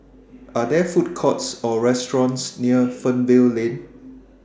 Are There Food Courts Or restaurants near Fernvale Lane